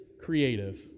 creative